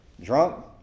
drunk